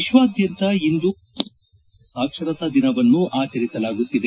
ವಿಶ್ವಾದ್ಯಂತ ಇಂದು ಅಂತಾರಾಷ್ಷೀಯ ಸಾಕ್ಷರತಾ ದಿನವನ್ನು ಆಚರಿಸಲಾಗುತ್ತಿದೆ